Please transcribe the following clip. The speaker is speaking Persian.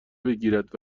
بگیرد